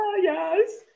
Yes